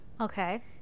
Okay